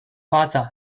发展